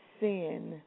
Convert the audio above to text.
sin